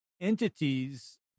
entities